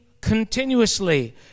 Continuously